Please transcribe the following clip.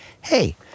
hey